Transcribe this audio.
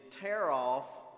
tear-off